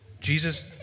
Jesus